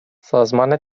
سازمان